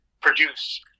produce